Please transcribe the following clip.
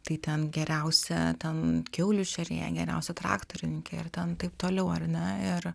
tai ten geriausia ten kiaulių šėrėja geriausia traktorininkė ir taip toliau ar ne ir